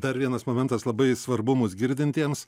dar vienas momentas labai svarbu mus girdintiems